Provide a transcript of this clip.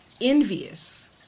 envious